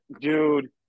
dude